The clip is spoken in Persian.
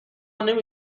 نمی